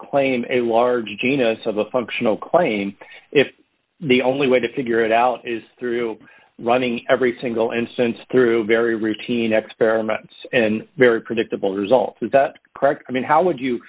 claim a large genus of a functional claim if the only way to figure it out is through running every single instance through very routine experimenting and very predictable results is that correct i mean how would you